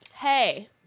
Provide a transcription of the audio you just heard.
Hey